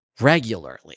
regularly